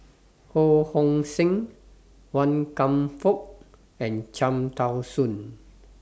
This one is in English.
Ho Hong Sing Wan Kam Fook and Cham Tao Soon